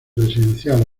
residencial